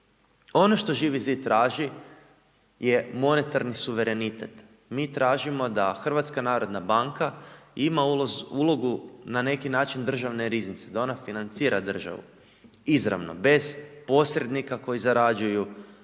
Ono što Živi zid traži, je monetarni suverenitet, mi tražimo da HNB ima ulogu, na neki način državne riznice, da ona financira državu, izravnu, bez posrednika koji zarađuju